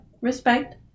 respect